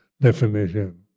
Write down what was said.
definition